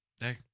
hey